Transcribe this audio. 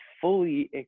fully